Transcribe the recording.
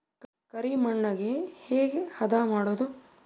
ಕರಿ ಮಣ್ಣಗೆ ಹೇಗೆ ಹದಾ ಮಾಡುದು?